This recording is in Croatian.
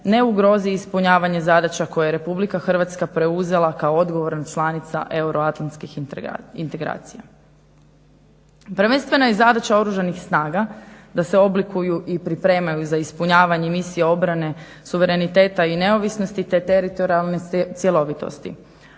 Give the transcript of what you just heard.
ne ugrozi ispunjavanje zadaća koje je Republika Hrvatska preuzela kao odgovorna članica Euroatlantskih integracija. Prvenstveno i zadaća oružanih snaga da se oblikuju i pripremaju za ispunjavanje misija obrane suvereniteta i neovisnosti te teritorijalne cjelovitosti.